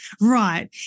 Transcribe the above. right